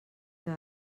què